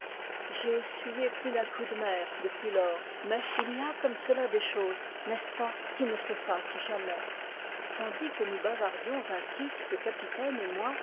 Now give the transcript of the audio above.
j'ai essuyé plus d'un coup de mer depuis lors mais il y a comme cela des choses n'est-ce pas qui ne s'effacent jamais tandis que nous bavardions ainsi le capitaine et moi